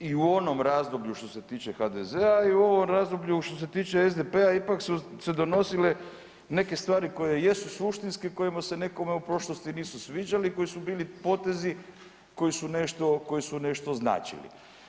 I u onom razdoblju što se tiče HDZ-a i u ovom razdoblju što se tiče SDP-a ipak su se donosile neke stvari koje jesu suštinske i kojima se nekome u prošlosti nisu sviđali, koji su bili potezi koji su nešto značili.